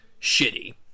shitty